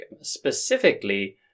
specifically